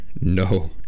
No